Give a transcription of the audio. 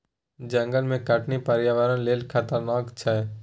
जंगल के कटनी पर्यावरण लेल खतरनाक छै